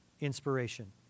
inspiration